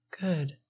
Good